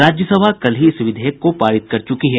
राज्यसभा कल ही इस विधेयक को पारित कर चुकी है